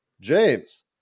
James